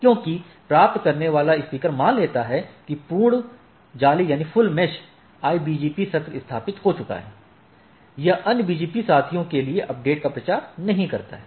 क्योंकि प्राप्त करने वाला स्पीकर मान लेता है कि पूर्ण जाली IBGP सत्र स्थापित हो चुका है यह अन्य BGP साथियों के लिए अपडेट का प्रचार नहीं करता है